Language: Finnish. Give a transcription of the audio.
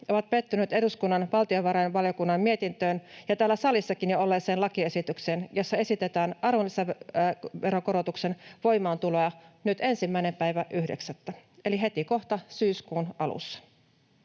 on pettynyt eduskunnan valtiovarainvaliokunnan mietintöön ja täällä salissakin jo olleeseen lakiesitykseen, jossa esitetään arvonlisäveron korotuksen voimaantuloa 1.9. eli heti kohta syyskuun alussa.